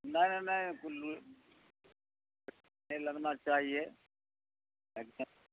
نہیں نہیں لگنا چاہیے ایک دم